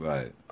Right